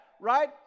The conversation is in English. right